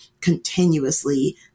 continuously